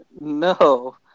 No